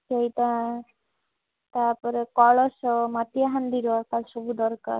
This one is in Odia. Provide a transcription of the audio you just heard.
ସେଇଟା ତା'ପରେ କଳସ ମାଟି ହାଣ୍ଡିର ତା ସବୁ ଦରକାର